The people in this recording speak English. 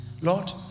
Lord